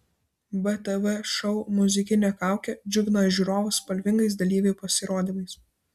btv šou muzikinė kaukė džiugina žiūrovus spalvingais dalyvių pasirodymais